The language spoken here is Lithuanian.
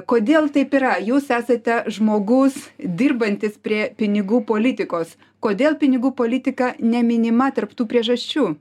kodėl taip yra jūs esate žmogus dirbantis prie pinigų politikos kodėl pinigų politika neminima tarp tų priežasčių